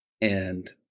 and-